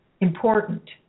important